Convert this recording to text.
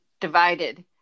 divided